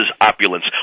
opulence